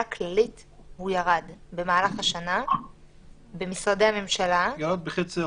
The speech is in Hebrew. הכללית ירד במהלך השנה במשרדי הממשלה.